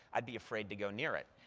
i'd be afraid to go near it,